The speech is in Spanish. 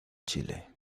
chile